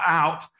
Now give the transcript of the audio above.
out